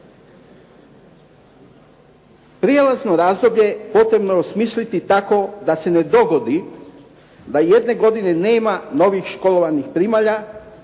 Prijelazno razdoblje potrebno je osmisliti tako da se ne dogodi da jedne godine nema novih školovanih primalja,